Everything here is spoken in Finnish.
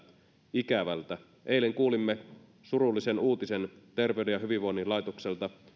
ikävältä eilen kuulimme surullisen uutisen terveyden ja hyvinvoinnin laitokselta